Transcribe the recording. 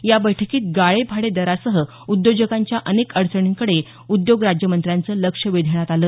या बैठकीत गाळे भाडे दरासह उद्योजकांच्या अनेक अडचणींकडे उद्योग राज्यमंत्र्यांचं लक्ष वेधण्यात आलं